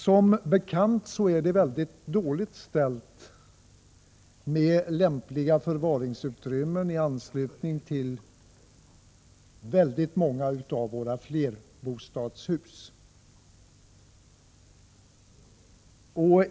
Som bekant är det mycket dåligt beställt med lämpliga förvaringsutrymmen i anslutning till väldigt många av våra flerbostadshus.